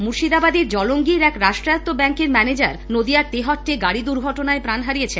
মুর্শিদাবাদের জলঙ্গীর এক রাষ্ট্রায়ত্ত ব্যাংকের ম্যানেজার নদীয়ার তেহট্টে গাড়ি দুর্ঘটনায় প্রান হারিয়েছেন